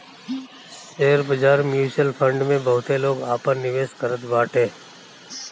share बाजार, mutual fund में बहुते लोग आपन निवेश करत बाटे